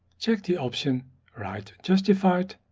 check the option right justified,